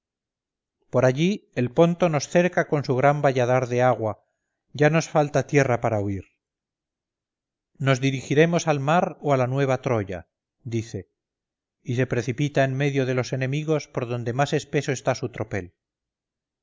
por allí el ponto nos cerca con su gran valladar de agua ya nos falta tierra para huir nos dirigiremos al mar o a la nueva troya dice y se precipita en medio de los enemigos por donde más espeso está su tropel